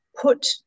put